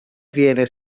viene